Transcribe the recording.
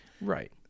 Right